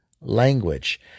language